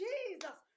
Jesus